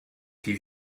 die